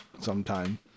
sometime